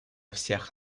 всех